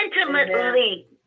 intimately